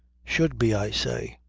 should be i say!